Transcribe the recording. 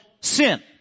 sin